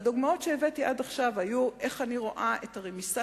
הדוגמאות שהבאתי עד עכשיו היו של איך אני רואה את הרמיסה